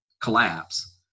collapse